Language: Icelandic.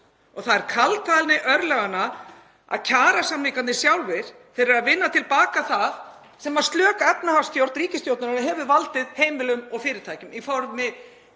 Það er kaldhæðni örlaganna að kjarasamningarnir sjálfir eru að vinna til baka það sem slök efnahagsstjórn ríkisstjórnarinnar hefur valdið heimilum og fyrirtækjum í formi